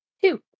Two